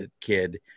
kid